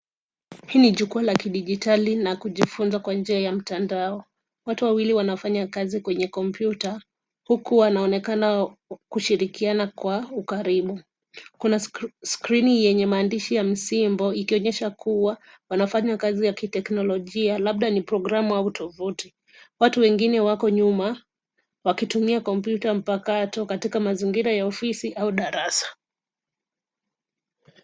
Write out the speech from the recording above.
Hii ni jukwaa la kidijitali na kujifunza kwa njia ya mtandao. Watu wawili wanafanya kazi kwenye kompyuta huku wanaonekana kushirikiana kwa ukaribu. Kuna skrini yenye maandishi ya msimbo ikionyesha kuwa wanafanya kazi ya kiteknolojia labda ni programmu au tovuti. Watu wengine wako nyuma wakitumia kompyuta mpakato katika mazingira ya ofisi au darasa.